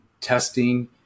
testing